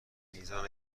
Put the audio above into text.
میزان